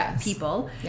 people